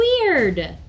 Weird